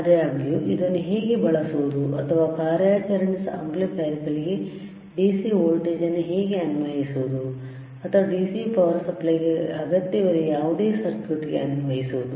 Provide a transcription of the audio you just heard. ಆದಾಗ್ಯೂ ಇದನ್ನು ಹೇಗೆ ಬಳಸುವುದು ಅಥವಾ ಕಾರ್ಯಾಚರಣೆ ಆಂಪ್ಲಿಫೈಯರ್ ಗಳಿಗೆ DC ವೋಲ್ಟೇಜ್ ಅನ್ನು ಹೇಗೆ ಅನ್ವಯಿಸುವುದು ಅಥವಾ DCಪವರ್ ಸಪ್ಲೈ ಗೆ ಅಗತ್ಯವಿರುವ ಯಾವುದೇ ಸರ್ಕ್ಯೂಟ್ ಗೆ ಅನ್ವಯಿಸುವುದು